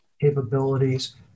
capabilities